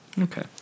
Okay